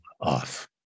off